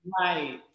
right